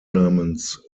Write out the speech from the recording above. namens